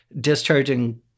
discharging